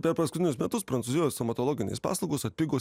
per paskutinius metus prancūzijoj stomatologinės paslaugos atpigo